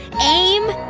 aim,